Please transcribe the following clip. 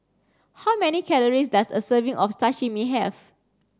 how many calories does a serving of Sashimi have